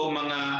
mga